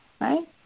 Right